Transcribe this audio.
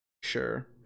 sure